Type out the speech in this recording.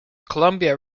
columbia